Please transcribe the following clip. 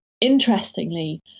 interestingly